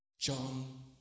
John